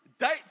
Dates